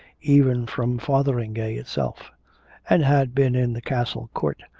even from fotheringay itself and had been in the castle court,